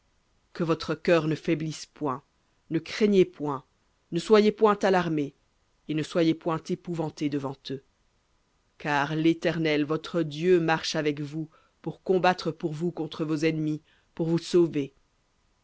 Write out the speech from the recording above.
que votre cœur ne faiblisse point ne craignez point ne soyez point alarmés et ne soyez point épouvantés devant eux car l'éternel votre dieu marche avec vous pour combattre pour vous contre vos ennemis pour vous sauver